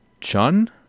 Chun